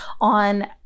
on